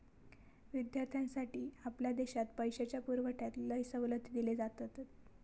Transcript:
विद्यार्थ्यांसाठी आपल्या देशात पैशाच्या पुरवठ्यात लय सवलती दिले जातत